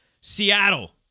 Seattle